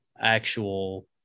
actual